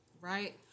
right